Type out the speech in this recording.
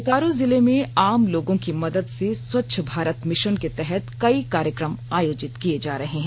बोकारो जिले में आमलोगों की मदद से स्वच्छ भारत मिशन के तहत कई कार्यकम आयोजित किये जा रहे हैं